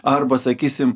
arba sakysim